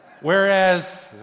Whereas